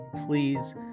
please